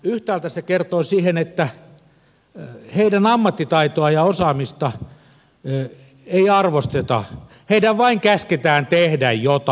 yhtäältä se kertoo siitä että heidän ammattitaitoaan ja osaamistaan ei arvosteta heidän vain käsketään tehdä jotakin